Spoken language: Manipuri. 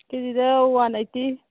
ꯀꯦ ꯖꯤꯗ ꯋꯥꯟ ꯑꯩꯠꯇꯤ